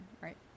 Right